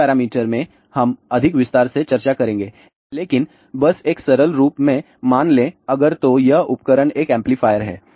S parameter भी हम अधिक विस्तार से चर्चा करेंगे लेकिन बस एक सरल रूप में मान लें अगर तो यह उपकरण एक एम्पलीफायर है